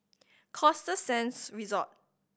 Costa Sands Resort